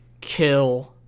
kill